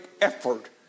effort